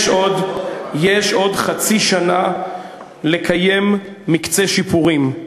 עוד חצי שנה לקיים מקצה שיפורים,